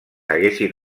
haguessin